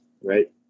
right